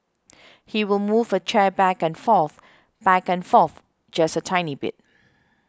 he will move a chair back and forth back and forth just a tiny bit